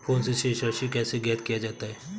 Phone से शेष राशि कैसे ज्ञात किया जाता है?